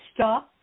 Stop